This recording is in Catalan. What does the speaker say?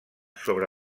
sobre